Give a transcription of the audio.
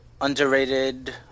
underrated